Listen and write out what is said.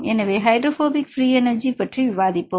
எனவே hydrophobic free energy பற்றி விவாதிப்போம்